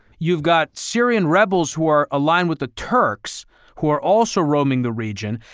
you've got syrian rebels who are aligned with the turks who are also roaming the region.